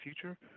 future